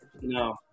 No